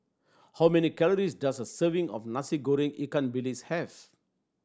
how many calories does a serving of Nasi Goreng ikan bilis have